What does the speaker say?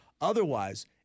Otherwise